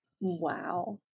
Wow